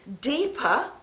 deeper